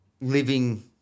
living